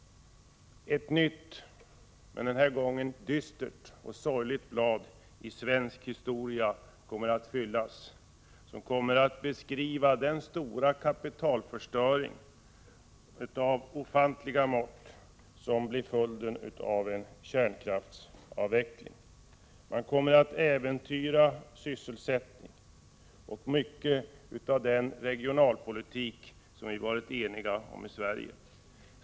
Ett nytt - men den här gången dystert och sorgligt — blad i svensk historia kommer att fyllas, och där kommer att beskrivas den kapitalförstöring av ofantliga mått som blir följden av en kärnkraftsavveckling. Man kommer att äventyra sysselsättningen och mycket av den regionalpolitik som vi har varit eniga om i Sverige.